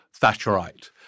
Thatcherite